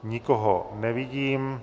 Nikoho nevidím.